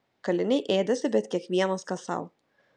kaliniai ėdėsi bet kiekvienas kas sau